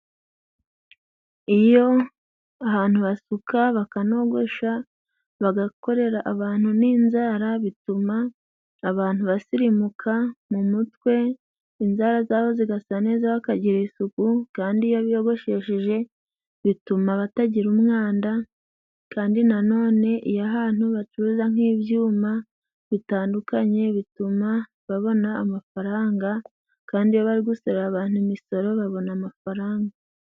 Iyo ahantu basuka, bakanogosha bagakorera abantu n'inzara, bituma abantu basirimuka mu mutwe, inzara zabo zigasa neza bakagira isuku. Kandi iyo biyogoshesheje bituma batagira umwanda, kandi na none iyo ahantu bacuruza nk'ibyuma bitandukanye, bituma babona amafaranga kandi iyo bari gusorera abantu imisoro babona amafaranga.